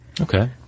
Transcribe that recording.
Okay